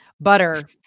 butter